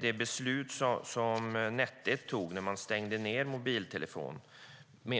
Det beslut som Net 1 tog när man stängde ned